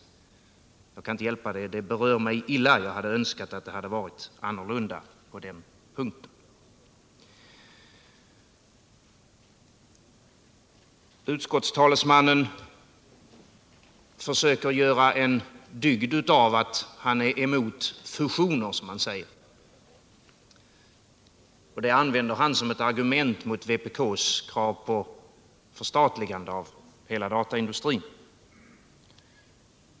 Jag kan inte hjälpa att det berör mig illa, och jag hade önskat att det varit annorlunda på den punkten. Utskottets talesman försökte nu göra en dygd av att han är emot fusioner, som han säger. Han använder det som ett argument mot vpk:s krav på förstatligande av hela dataindustrin.